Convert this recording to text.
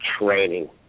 training